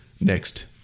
next